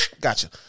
gotcha